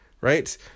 right